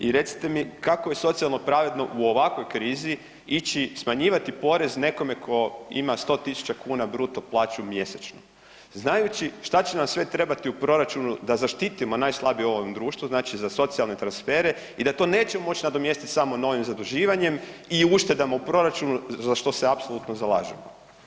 I recite mi kako je socijalno pravedno u ovakvoj krizi ići smanjivati porez nekome tko ima 100.000 kuna bruto plaću mjesečno znajući šta će nam sve trebati u proračunu da zaštitimo najslabije u ovom društvu, znači za socijalne transfere i da to neće moći nadomjestiti samo novim zaduživanjem i uštedama u proračunu za što se apsolutno zalažemo?